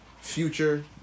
Future